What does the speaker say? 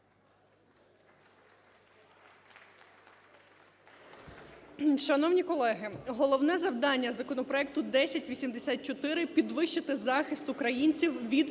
Шановні колеги, головне завдання законопроекту 1084: підвищити захист українців від